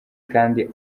kandi